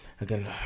again